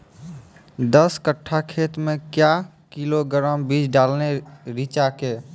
दस कट्ठा खेत मे क्या किलोग्राम बीज डालने रिचा के?